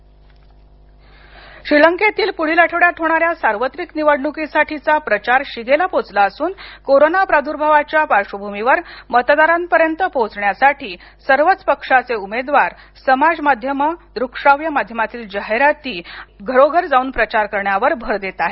श्रीलंका निवडणका श्रीलंकेत पुढील आठवड्यात होणाऱ्या सार्वत्रिक निवडणुकांसाठीचा प्रचार शिगेला पोहचला असून कोरोना प्रदर्भावाच्या पार्श्वभूमीवर मतदारांपर्यंत पोहचण्यासाठी सर्वच पक्षाचे उमेदवार समाज माध्यमेदृक्श्राव्य माध्यमातील जाहिराती प्रचारपत्रकांच वाटप आणि घरोघर जाऊन प्रचार करण्यावर भर देत आहेत